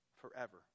forever